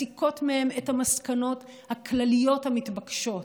מסיקות מהן את המסקנות הכלליות המתבקשות,